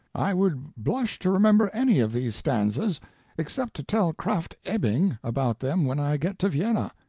i would blush to remember any of these stanzas except to tell krafft-ebing about them when i get to vienna.